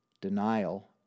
Denial